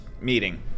meeting